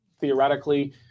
theoretically